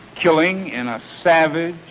killing in a savage,